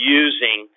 using